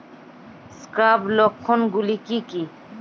Scab লক্ষণ গুলো কি কি?